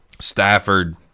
Stafford